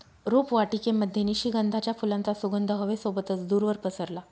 रोपवाटिकेमध्ये निशिगंधाच्या फुलांचा सुगंध हवे सोबतच दूरवर पसरला